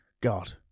God